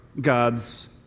God's